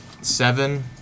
seven